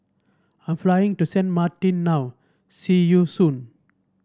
I am flying to Sint Maarten now see you soon